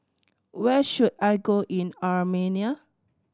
where should I go in Armenia